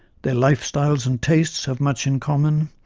their lifestyles and tastes have much in common,